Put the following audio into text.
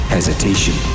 Hesitation